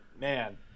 man